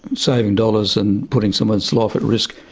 saving dollars and putting someone's life at risk,